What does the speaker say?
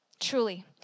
truly